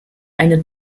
eine